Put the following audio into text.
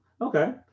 Okay